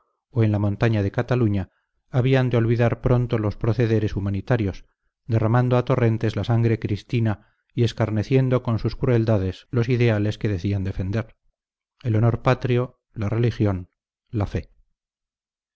o en la montaña de cataluña habían de olvidar pronto los procederes humanitarios derramando a torrentes la sangre cristiana y escarneciendo con sus crueldades los ideales que decían defender el honor patrio la religión la fe